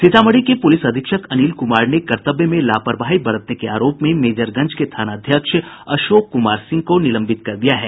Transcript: सीतामढ़ी के पुलिस अधीक्षक अनिल कुमार ने कर्तव्य में लापरवाही बरतने के आरोप में मेजरगंज के थानाध्यक्ष अशोक कुमार सिंह को निलंबित कर दिया है